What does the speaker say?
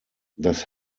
das